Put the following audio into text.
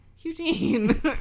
Eugene